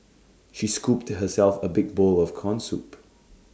she scooped herself A big bowl of Corn Soup